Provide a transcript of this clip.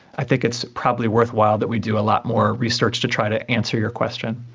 i think it's probably worthwhile that we do a lot more research to try to answer your question.